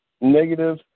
negative